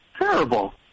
Terrible